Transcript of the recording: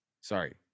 Sorry